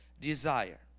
desire